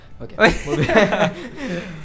Okay